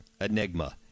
enigma